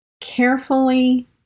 carefully